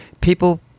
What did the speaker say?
people